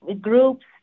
groups